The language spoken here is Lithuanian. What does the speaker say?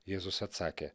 jėzus atsakė